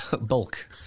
bulk